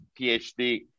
PhD